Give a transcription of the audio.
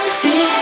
see